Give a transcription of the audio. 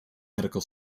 medical